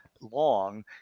long